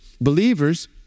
Believers